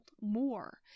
more